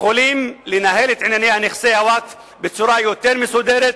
הם יכולים לנהל את נכסי הווקף בצורה יותר מסודרת,